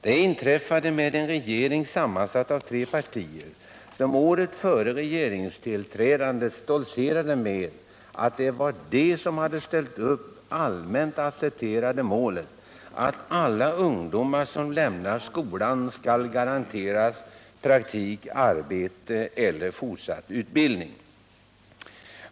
Det inträffade med en regering sammansatt av de partier som åren före regeringstillträdet stoltserade med att det var de som hade ställt upp det allmänt accepterade målet att alla ungdomar som lämnar skolan skall garanteras praktik, arbete eller fortsatt utbildning.